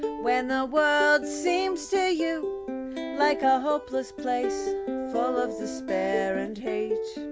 when the world seems to you like a hopeless place full of despair and hate,